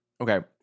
Okay